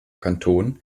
kanton